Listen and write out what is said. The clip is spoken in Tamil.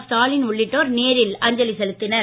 ஸ்டாலின் உள்ளிட்டோர் நேரில் அஞ்சலி செலுத்தினர்